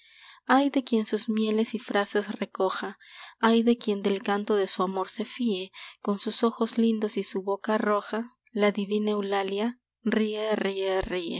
ay de quien sus mieles y frases recoja ay de quien del canto de su amor se fíe con sus ojos lindos y su boca roja la divina eulalia ríe